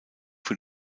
für